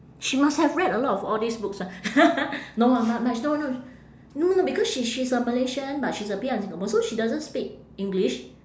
she must have read a lot of all these books ah no lah not much no no no no because she she's a malaysian but she's a P_R in singapore so she doesn't speak english